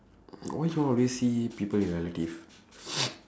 why you always see people with relative